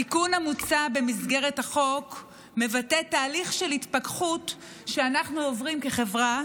התיקון המוצע במסגרת החוק מבטא תהליך של התפכחות שאנחנו עוברים כחברה